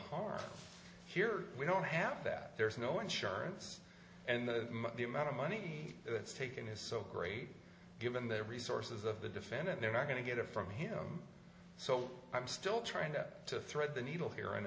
heart here we don't have that there is no insurance and the amount of money that's taken is so great given the resources of the defendant they're not going to get it from him so i'm still trying to thread the needle here and